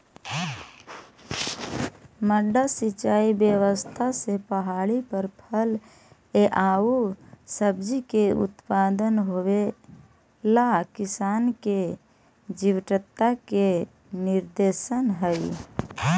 मड्डा सिंचाई व्यवस्था से पहाड़ी पर फल एआउ सब्जि के उत्पादन होवेला किसान के जीवटता के निदर्शन हइ